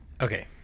Okay